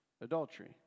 adultery